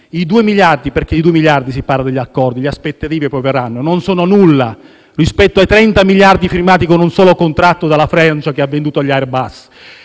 due miliardi - perché di due miliardi si parla negli accordi, a parte le aspettative - non sono nulla rispetto ai 30 miliardi firmati con un solo contratto dalla Francia che ha venduto gli Airbus